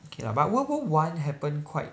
okay lah but world war one happened quite